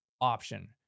option